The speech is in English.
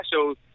shows